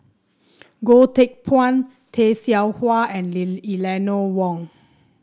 Goh Teck Phuan Tay Seow Huah and Eleanor Wong